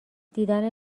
دیدن